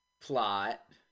plot